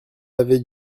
avait